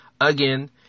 again